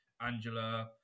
Angela